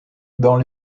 dans